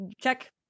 check